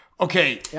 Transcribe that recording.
Okay